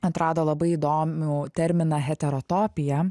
atrado labai įdomų terminą heterotopija